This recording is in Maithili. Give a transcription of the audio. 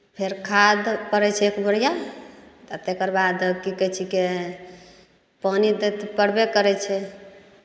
फेर खाद परै छै एक बोरिया आ तेकर कि कहै छिकै पानि तत परबे करै छै